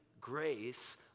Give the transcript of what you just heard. grace